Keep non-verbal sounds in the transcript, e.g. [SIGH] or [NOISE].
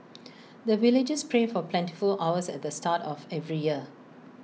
[NOISE] the villagers pray for plentiful harvest at the start of every year